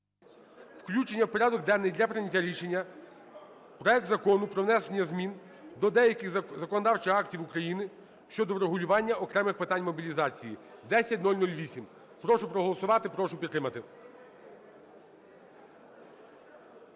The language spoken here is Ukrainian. Включення в порядок денний для прийняття рішення проект Закону про внесення змін до деяких законодавчих актів України щодо врегулювання окремих питань мобілізації (10008). Прошу проголосувати. прошу підтримати.